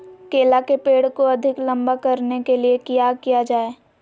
केला के पेड़ को अधिक लंबा करने के लिए किया किया जाए?